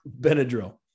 Benadryl